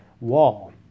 wall